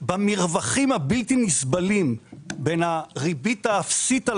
במרווחים הבלתי נסבלים בין הריבית האפסית על